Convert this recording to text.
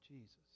Jesus